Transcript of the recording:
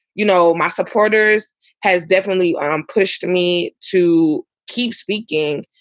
you know, my supporters has definitely and um pushed me to keep speaking.